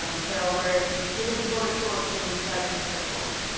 um so we're giving people the tools to really start these circles,